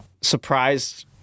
surprised